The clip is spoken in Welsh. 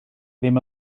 ddim